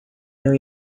não